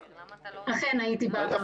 --- אכן הייתי שם.